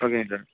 ஓகேங்க சார்